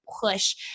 push